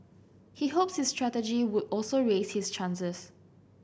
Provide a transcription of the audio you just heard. he hopes this strategy would also raise his chances